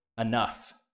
enough